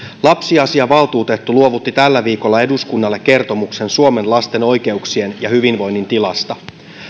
lapsiasiavaltuutettu luovutti tällä viikolla eduskunnalle kertomuksen suomen lasten oikeuksien ja hyvinvoinnin tilasta